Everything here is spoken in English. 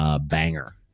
banger